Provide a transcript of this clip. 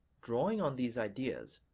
drawing on these ideas,